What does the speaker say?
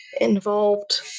involved